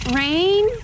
rain